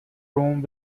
rome